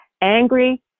angry